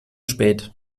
spät